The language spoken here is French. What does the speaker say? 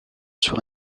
sur